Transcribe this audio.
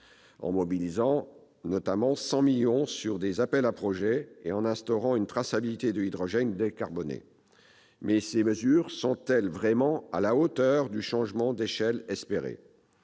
en mobilisant notamment 100 millions d'euros pour des appels à projets, et en instaurant une traçabilité de l'hydrogène décarboné. Mais ces mesures sont-elles vraiment à la hauteur du changement d'échelle espéré ?